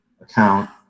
account